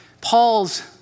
Paul's